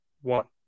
one